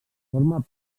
forma